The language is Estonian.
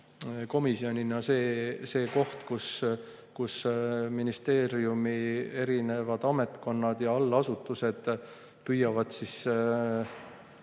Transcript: komisjonina see koht, kus ministeeriumi eri ametkonnad ja allasutused püüavad leida